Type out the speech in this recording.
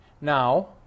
now